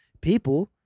people